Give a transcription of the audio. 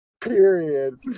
Period